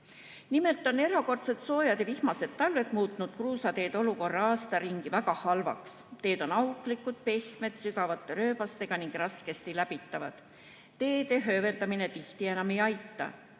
Nimelt on erakordselt soojad ja vihmased talved muutnud kruusateede olukorra aasta ringi väga halvaks. Teed on auklikud, pehmed, sügavate rööbastega ning raskesti läbitavad. Teede hööveldamine tihti enam ei aita.